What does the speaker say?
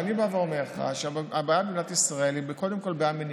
ואני אומר לך שהבעיה במדינת ישראל היא קודם כול בעיה מניעתית,